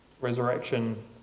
Resurrection